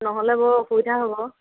ন'হলে বৰ অসুবিধা হ'ব